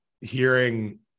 hearing